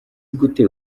gute